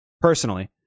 personally